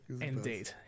indeed